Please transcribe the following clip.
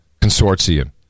consortium